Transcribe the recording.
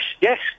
yes